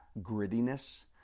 grittiness